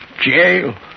jail